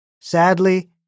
Sadly